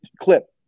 clip